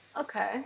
okay